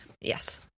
Yes